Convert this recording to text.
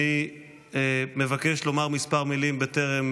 אני מבקש לומר כמה מילים בטרם